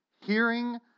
hearing